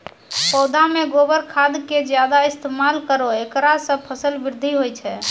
पौधा मे गोबर खाद के ज्यादा इस्तेमाल करौ ऐकरा से फसल बृद्धि होय छै?